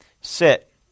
sit